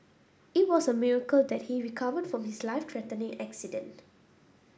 it was a miracle that he recovered from his life threatening accident